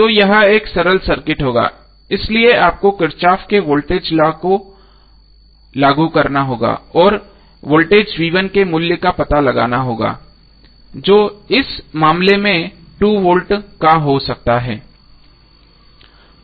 तो यह एक सरल सर्किट होगा इसलिए आपको किरचॉफ के वोल्टेज लॉ को लागू करना होगा और वोल्टेज के मूल्य का पता लगाना होगा जो इस मामले में 2 वोल्ट का हो सकता है